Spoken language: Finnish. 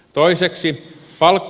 toiseksi palkka